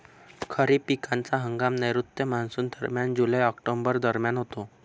खरीप पिकांचा हंगाम नैऋत्य मॉन्सूनदरम्यान जुलै ऑक्टोबर दरम्यान होतो